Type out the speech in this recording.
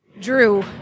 Drew